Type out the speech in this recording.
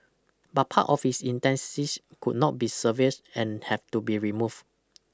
but part of his intestines could not be salvaged and have to be removed